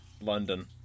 London